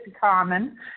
common